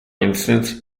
instance